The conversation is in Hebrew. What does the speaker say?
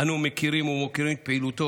אנו מכירים ומוקירים את פעילותו